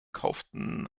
kauften